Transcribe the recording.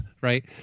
right